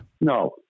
No